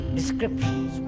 descriptions